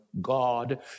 God